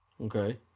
Okay